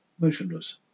motionless